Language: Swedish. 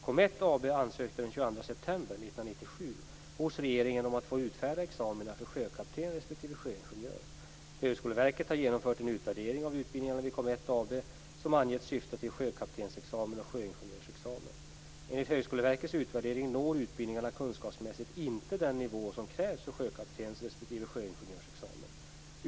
Comet AB ansökte den 22 september 1997 hos regeringen om att få utfärda examina för sjökapten respektive sjöingenjör. Högskoleverket har genomfört en utvärdering av de utbildningar vid Comet AB som angetts syfta till sjökaptensexamen och sjöingenjörsexamen. Enligt Högskoleverkets utvärdering når utbildningarna kunskapsmässigt inte den nivå som krävs för sjökaptens respektive sjöingenjörsexamen.